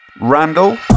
Randall